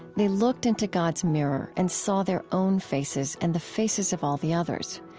they looked into god's mirror and saw their own faces and the faces of all the others.